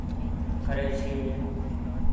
करै छी